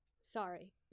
Sorry